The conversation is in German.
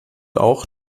auch